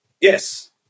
Yes